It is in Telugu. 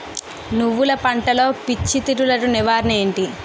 నువ్వులు పంటలో పిచ్చి తెగులకి నివారణ ఏంటి?